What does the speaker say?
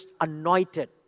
anointed